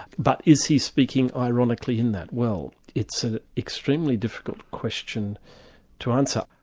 but is he speaking ironically in that? well it's an extremely difficult question to answer.